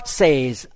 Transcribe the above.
says